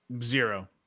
Zero